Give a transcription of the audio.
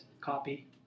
copy